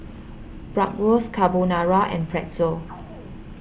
Bratwurst Carbonara and Pretzel